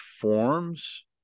forms